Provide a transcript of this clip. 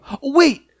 Wait